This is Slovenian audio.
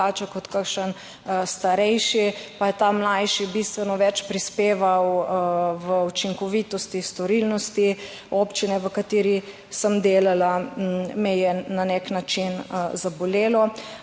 kot kakšen starejši, pa je ta mlajši bistveno več prispeval v učinkovitosti, storilnosti občine v kateri sem delala, me je na nek način zabolelo,